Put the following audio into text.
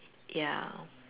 ya